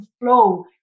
flow